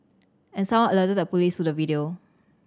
and someone alerted the police to the video